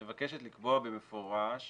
היא מבקשת לקבוע במפורש